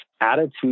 attitude